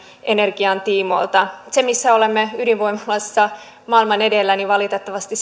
energian tiimoilta siinä missä ydinvoimaloissa olemme maailman edellä valitettavasti